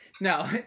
No